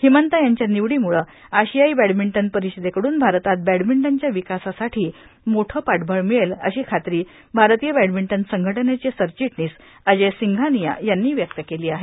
हिमंता यांच्या निवडीम्ळं आशियाई बॅडमिंटन परिषदेकडून भारतात बॅडमिंटनच्या विकासासाठी मोठं पाठबळ मिळेल अशी खात्री भारतीय बॅडमिंटन संघटनेचे सरचिटणीस अजय सिंघानिया यांनी व्यक्त केली आहे